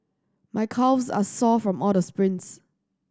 my calves are sore from all the sprints